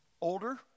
older